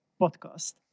podcast